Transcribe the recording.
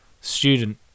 student